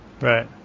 Right